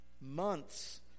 Months